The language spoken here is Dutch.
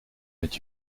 met